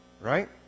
Right